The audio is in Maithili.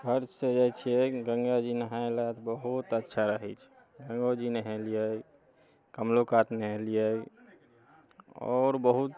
घर से जाइत छियै गङ्गाजी नहाय ला तऽ बहुत अच्छा रहैत छै गङ्गोजी नहेलियै कमलो कात नहेलियै आओर बहुत